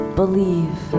believe